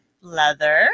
Leather